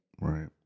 Right